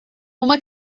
uma